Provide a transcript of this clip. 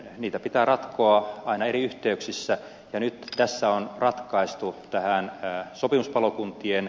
niitä pitää ratkoa aina eri yhteyksissä ja nyt tässä on ratkaistu tähän jää sopimuspalokuntia